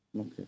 Okay